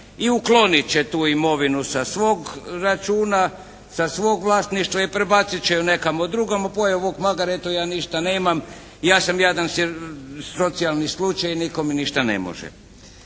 i uklonit će tu imovinu sa svog računa, sa svog vlasništva i prebacit će je nekamo drugamo. “Pojeo vuk magare“ eto ja ništa nemam. Ja sam jadan socijalni slučaj i nitko mi ništa ne može.